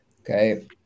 Okay